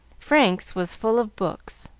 frank's was full of books,